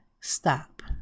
stop